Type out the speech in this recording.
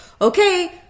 okay